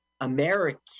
American